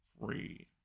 free